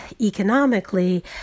economically